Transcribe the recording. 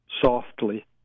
softly